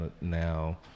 now